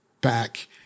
back